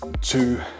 two